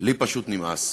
לי פשוט נמאס.